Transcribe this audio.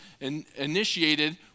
initiated